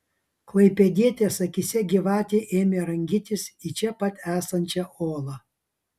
klaipėdietės akyse gyvatė ėmė rangytis į čia pat esančią olą